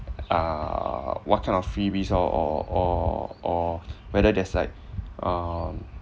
err what kind of freebies or or or or whether there's like um